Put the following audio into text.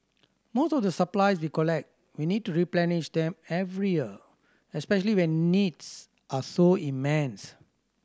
most of the supplies we collect we need to replenish them every year especially when needs are so immense